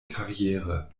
karriere